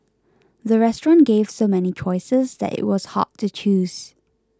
the restaurant gave so many choices that it was hard to choose